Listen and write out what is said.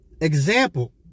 example